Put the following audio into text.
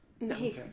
no